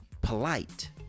polite